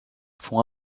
font